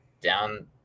down